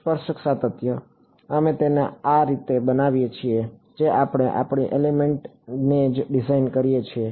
સ્પર્શક સાતત્ય અમે તેને એ રીતે બનાવીએ છીએ જે રીતે આપણે એલિમેન્ટને જ ડિઝાઇન કરીએ છીએ